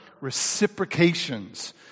reciprocations